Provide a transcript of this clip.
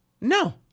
No